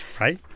right